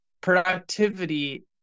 productivity